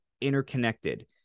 interconnected